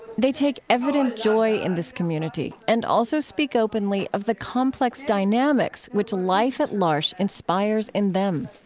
they take evident joy in this community and also speak openly of the complex dynamics which life at l'arche inspires in them